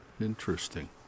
Interesting